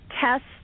test